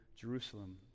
Jerusalem